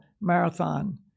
marathon